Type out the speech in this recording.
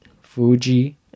Fuji